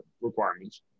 requirements